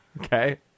Okay